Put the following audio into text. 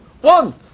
one